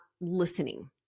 listening